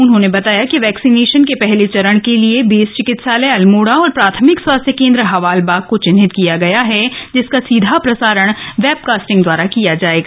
उन्होंने बताया कि वैक्सीनेशन के पहले चरण के लिए बेस चिकित्सालय अल्मोड़ा और प्राथमिक स्वास्थ्य केन्द्र हवालबाग को चिन्हित किया गया है जिसका सीधा प्रसारण वेब कास्टिंग द्वारा किया जायेगा